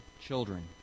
children